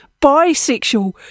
Bisexual